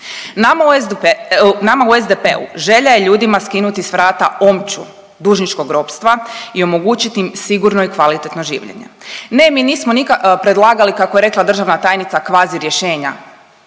Nama u SDP-u želja je ljudima skinuti s vrata omču dužničkog ropstva i omogućiti im sigurno i kvalitetno življenje. Ne, mi nismo nikad predlagali, kako je rekla državna tajnica, kvazi rješenja,